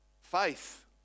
Faith